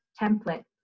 template